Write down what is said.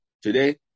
today